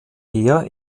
heer